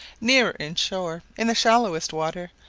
nearer in shore, in the shallowest water,